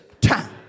time